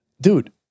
dude